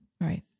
Right